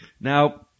Now